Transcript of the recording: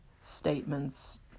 statements